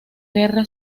guerra